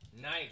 Nice